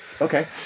okay